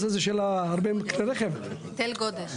גודש.